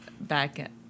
back